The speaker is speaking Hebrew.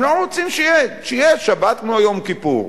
הם לא רוצים שיהיה, שיהיה בשבת כמו ביום כיפור.